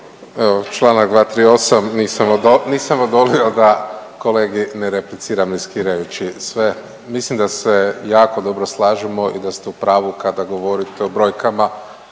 odo…, nisam odolio da kolegi ne repliciram riskirajući sve. Mislim da se jako dobro slažemo i da ste u pravu kada govorite o brojkama